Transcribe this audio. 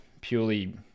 purely